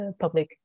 public